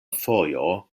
fojo